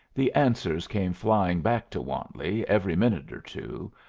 the answers came flying back to wantley every minute or two,